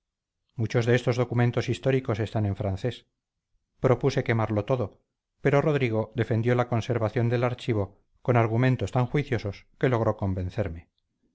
muchos de estos documentos históricos están en francés propuse quemarlo todo pero rodrigo defendió la conservación del archivo con argumentos tan juiciosos que logró convencerme